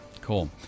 Cool